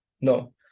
No